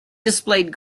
displayed